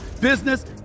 business